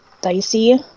Dicey